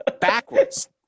backwards